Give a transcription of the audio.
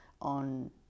on